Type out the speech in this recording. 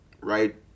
right